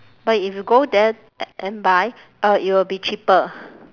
but if you go there and buy uh it will be cheaper